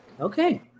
Okay